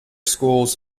schools